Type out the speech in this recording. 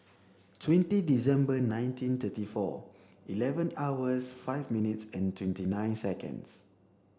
twenty December nineteen thirty four eleven hours five minutes and twenty nine seconds